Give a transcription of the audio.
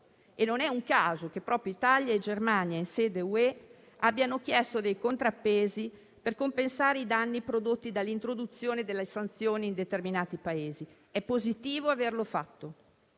Non è un caso che proprio Italia e Germania abbiano chiesto in sede comunitaria dei contrappesi per compensare i danni prodotti dall'introduzione delle sanzioni in determinati Paesi. È positivo averlo fatto,